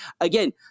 again